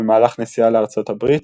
במהלך נסיעה לארצות הברית,